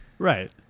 Right